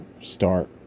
start